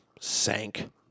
sank